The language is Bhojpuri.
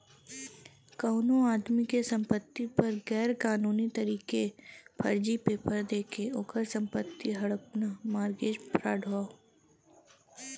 कउनो आदमी के संपति पर गैर कानूनी तरीके फर्जी पेपर देके ओकर संपत्ति हड़पना मारगेज फ्राड हौ